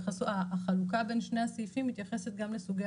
והחלוקה בין שני הסעיפים מתייחסת גם לסוגי